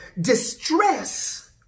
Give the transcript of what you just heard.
Distress